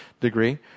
degree